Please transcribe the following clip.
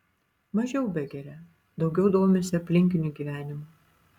mažiau begeria daugiau domisi aplinkiniu gyvenimu